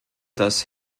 dass